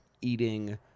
eating